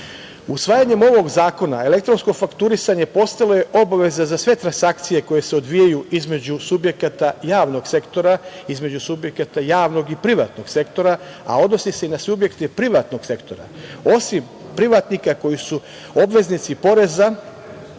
postepeno. Usvajanjem ovog zakona, elektronsko fakturisanje postala je obaveza za sve transakcije koje se odvijaju između subjekata javnog sektora, između subjekata javnog i privatnog sektora, a odnosi se i na sve subjekte privatnog sektora, osim privatnika koji su obveznici poreza